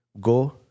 Go